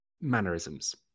mannerisms